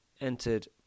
entered